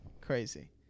crazy